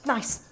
Nice